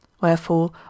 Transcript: Wherefore